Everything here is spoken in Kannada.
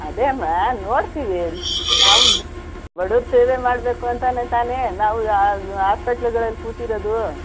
ಅದೇ ಅಮ್ಮಾ ನೋಡ್ತೀವಿ ನಾವು ಬಡುವ್ರ್ ಸೇವೆ ಮಾಡಬೇಕು ಅಂತಲೇ ತಾನೇ ನಾವು ಆಸ್ಪೆಟ್ಲ್ಗಳಲ್ಲಿ ಕೂತಿರೋದು